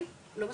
בעיניי לא מספיק,